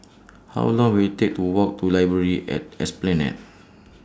How Long Will IT Take to Walk to Library At Esplanade